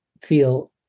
feel